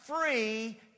free